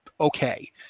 okay